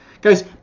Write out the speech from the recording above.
Guys